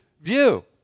view